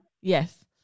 Yes